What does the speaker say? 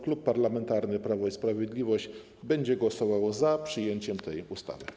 Klub Parlamentarny Prawo i Sprawiedliwość będzie głosował za przyjęciem tego projektu ustawy.